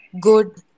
good